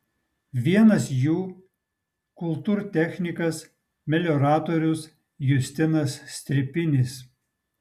vienas jų kultūrtechnikas melioratorius justinas stripinis